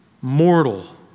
mortal